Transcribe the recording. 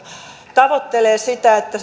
tavoittelee sitä että